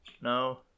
no